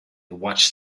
watched